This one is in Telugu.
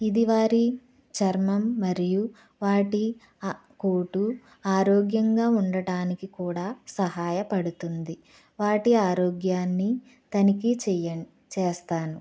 ఇది వారి చర్మం మరియు వాటి కూటు మరియు ఆరోగ్యంగా ఉండడానికి కూడా సహాయపడుతుంది వాటి ఆరోగ్యాన్ని తనిఖీ చేయ చేస్తాను